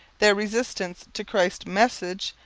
their resistance to christ's message,